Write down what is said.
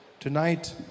Tonight